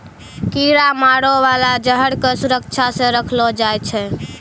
कीरा मारै बाला जहर क सुरक्षा सँ रखलो जाय छै